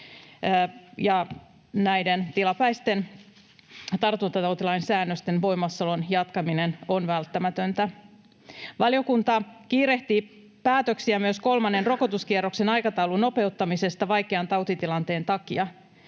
näiden tilapäisten tartuntatautilain säännösten voimassaolon jatkaminen on välttämätöntä. Valiokunta kiirehtii päätöksiä myös kolmannen rokotuskierroksen aikataulun nopeuttamisesta vaikean tautitilanteen takia.